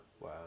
Wow